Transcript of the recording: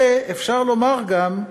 ואפשר לומר גם: